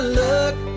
look